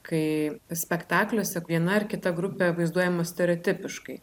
kai spektakliuose viena ar kita grupė vaizduojama stereotipiškai